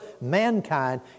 mankind